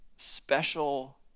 special